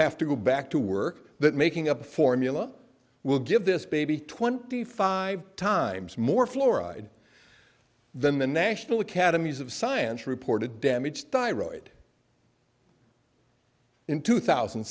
have to go back to work that making up a formula will give this baby twenty five times more fluoride than the national academies of science reported damage by road in two thousand